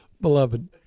beloved